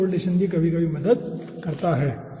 तो यह कोरिलेसन भी कभी कभी मदद करता है